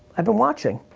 i've been watching.